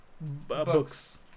Books